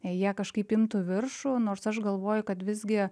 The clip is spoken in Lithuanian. jie kažkaip imtų viršų nors aš galvoju kad visgi